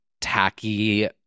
tacky